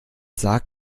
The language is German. sagt